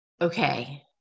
okay